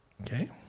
Okay